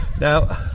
now